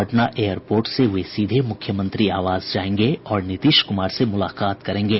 Patna airport से वे सीधे मुख्यमंत्री आवास जायेंगे और नीतीश कुमार से मुलाकात करेंगे